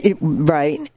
right